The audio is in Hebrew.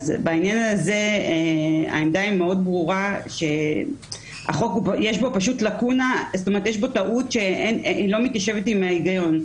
בעניין הזה העמדה היא מאוד ברורה שיש בחוק טעות שלא מתיישבת עם ההיגיון.